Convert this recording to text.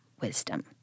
wisdom